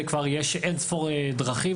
זה כבר יש אין ספור דרכים,